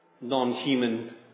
non-human